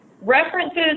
References